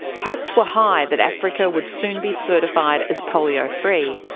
hopes were high that africa would soon be certified as polio free.